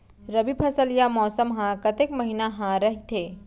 रबि फसल या मौसम हा कतेक महिना हा रहिथे?